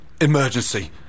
emergency